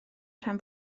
rhan